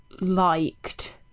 liked